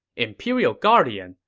imperial guardian,